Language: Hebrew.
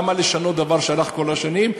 למה לשנות דבר שהלך כל השנים,